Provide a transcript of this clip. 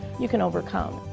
you can overcome.